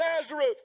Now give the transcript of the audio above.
Nazareth